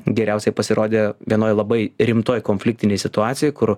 geriausiai pasirodė vienoj labai rimtoj konfliktinėj situacijoj kur